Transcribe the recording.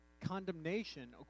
Condemnation